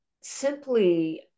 simply